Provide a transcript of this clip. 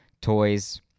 toys